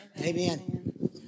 Amen